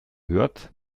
gehört